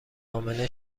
امنه